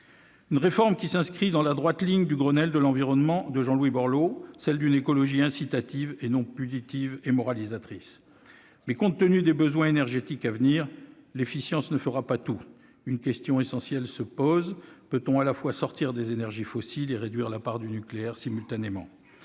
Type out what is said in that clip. réforme qui s'inscrit dans la droite ligne du Grenelle de l'environnement de Jean-Louis Borloo, celle d'une écologie incitative et non punitive et moralisatrice. Toutefois, compte tenu des besoins énergétiques à venir, l'efficience ne fera pas tout. Une question essentielle se pose : peut-on simultanément sortir des énergies fossiles et réduire la part du nucléaire ?